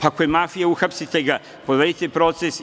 Ako je mafija, uhapsite ga, povedite proces.